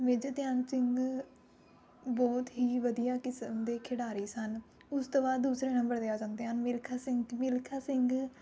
major Dhyan Chand ਬਹੁਤ ਹੀ ਵਧੀਆ ਕਿਸਮ ਦੇ ਖਿਡਾਰੀ ਸਨ ਉਸ ਤੋਂ ਬਾਅਦ ਦੂਸਰੇ ਨੰਬਰ 'ਤੇ ਆ ਜਾਂਦੇ ਹਨ ਮਿਲਖਾ ਸਿੰਘ ਮਿਲਖਾ ਸਿੰਘ